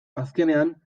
azkenean